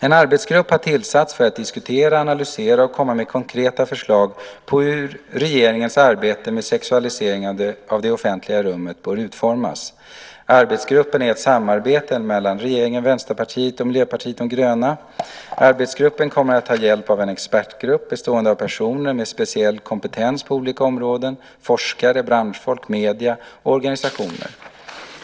En arbetsgrupp har tillsatts för att diskutera, analysera och komma med konkreta förslag på hur regeringens arbete med sexualiseringen av det offentliga rummet bör utformas. Arbetsgruppen är ett samarbete mellan regeringen, Vänsterpartiet och Miljöpartiet de gröna. Arbetsgruppen kommer att ta hjälp av en expertgrupp, bestående av personer med speciell kompetens på olika områden - forskare, branschfolk, medier och organisationer.